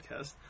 podcast